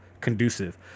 conducive